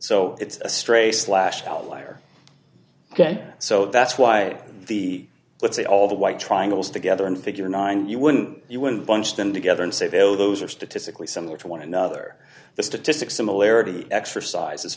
so it's a stray slash outlier ok so that's why the let's say all the white triangles together and figure nine you wouldn't you want bunch them together and say oh those are statistically similar to one another the statistics similarity exercises